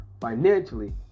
financially